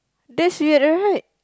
that's weird right